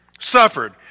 suffered